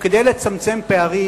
וכדי לצמצם פערים,